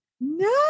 no